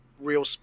real